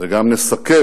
וגם נסכל